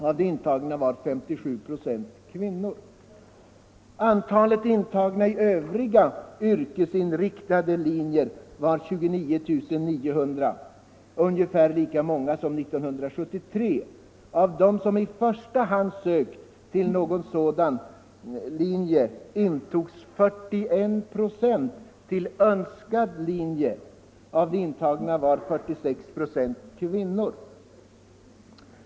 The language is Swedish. Av de intagna var 57 96 kvinnor. Antalet intagna vid övriga yrkesinriktade linjer var 29 900, ungefär lika många som år 1973. Av dem som i första hand sökt till någon sådan linje intogs 41 96 till önskad linje. Av de intagna var 46 96 kvinnor.